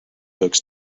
books